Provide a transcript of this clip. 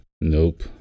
Nope